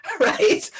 right